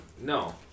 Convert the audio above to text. No